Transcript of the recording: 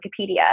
Wikipedia